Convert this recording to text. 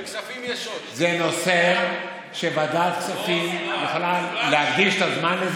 זה נושא שוועדת כספים יכולה להקדיש לו את הזמן,